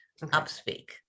Upspeak